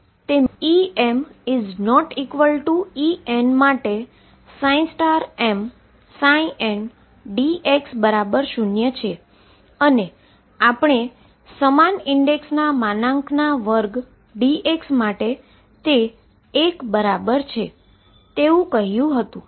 તેમ EmEn માટે mndx0 છે અને આપણે સમાન ઈન્ડેક્સના મોડના સ્ક્વેર dx માટે તે એક બરાબર છે તેવું કહ્યુ હતુ